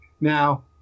Now